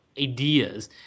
ideas